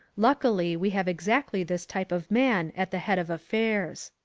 luckily we have exactly this type of man at the head of affairs.